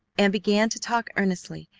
and began to talk earnestly,